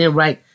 right